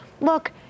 look